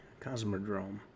Cosmodrome